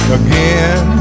again